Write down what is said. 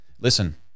Listen